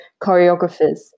choreographers